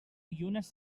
llunes